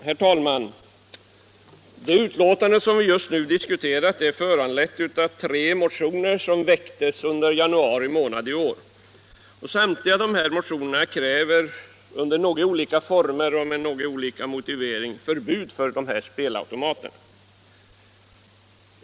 Herr talman! Det betänkande som vi nu diskuterar behandlar tre motioner som väcktes i januari i år. I samtliga motioner krävs, under något olika former och motiveringar, förbud för spelautomater.